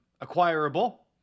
acquirable